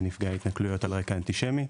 ונפגעי התנכלויות על רקע אנטישמי.